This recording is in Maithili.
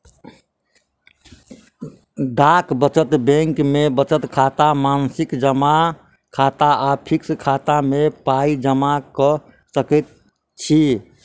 डाक बचत बैंक मे बचत खाता, मासिक जमा खाता आ फिक्स खाता मे पाइ जमा क सकैत छी